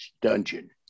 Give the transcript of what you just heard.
dungeon